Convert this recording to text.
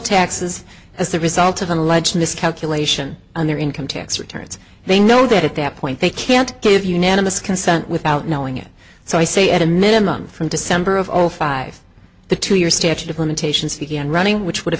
taxes as a result of an alleged miscalculation on their income tax returns they know that at that point they can't give unanimous consent without knowing it so i say at a minimum from december of zero five the two year statute of limitations began running which would have